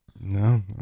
No